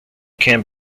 can